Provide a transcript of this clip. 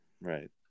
right